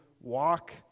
walk